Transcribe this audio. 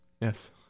Yes